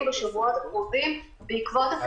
ובשבועות הקרובים בעקבות הפעילות.